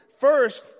First